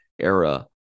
era